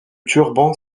turban